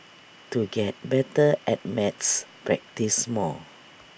to get better at maths practise more